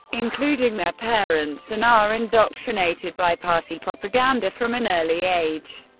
including their parents, and are indoctrinated by party propaganda from an early age.